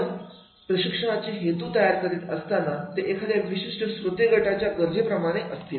आपण प्रशिक्षणाचे हेतू तयार करीत असताना ते एखाद्या विशिष्ट श्रोते गटाच्या गरजांप्रमाणे असतील